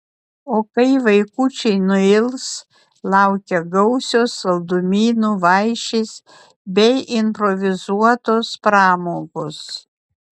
o kai vaikučiai nuils laukia gausios saldumynų vaišės bei improvizuotos pramogos